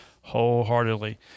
Wholeheartedly